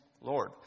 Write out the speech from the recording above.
Lord